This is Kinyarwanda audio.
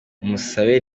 musabe